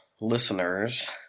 listeners